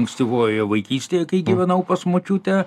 ankstyvojoje vaikystėje kai gyvenau pas močiutę